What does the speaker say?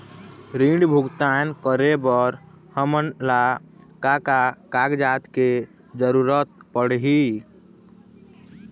ऋण भुगतान करे बर हमन ला का का कागजात के जरूरत पड़ही?